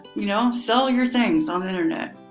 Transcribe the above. you know, sell your things on the internet.